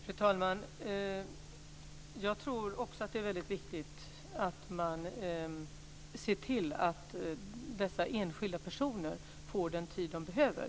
Fru talman! Jag tror också att det är väldigt viktigt att man ser till att dessa enskilda personer får den tid som de behöver.